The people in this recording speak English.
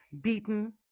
beaten